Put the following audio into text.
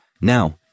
Now